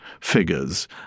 figures